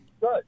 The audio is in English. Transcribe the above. Good